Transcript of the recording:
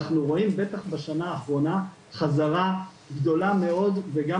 אנחנו רואים בטח בשנה האחרונה חזרה גדולה מאוד וגם